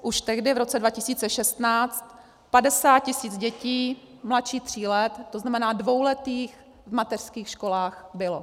Už tehdy, v roce 2016, 50 tisíc dětí mladších tří let, to znamená dvouletých, v mateřských školách bylo.